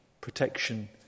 protection